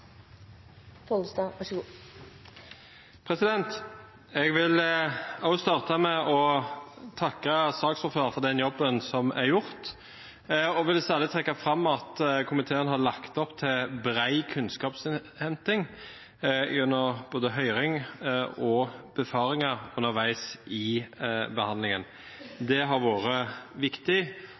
gjort, og vil særlig trekke fram at komiteen har lagt opp til bred kunnskapsinnhenting gjennom både høring og befaringer underveis i behandlingen. Det har vært viktig,